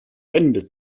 hände